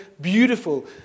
beautiful